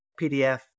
PDF